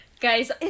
Guys